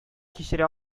кичерә